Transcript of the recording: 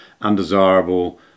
undesirable